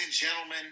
gentlemen